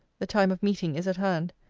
the time of meeting is at hand.